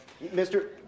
Mr